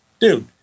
dude